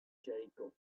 jericho